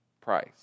price